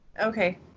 okay